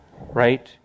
right